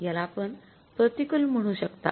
याला आपण प्रतिकूल म्हणू शकता